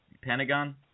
Pentagon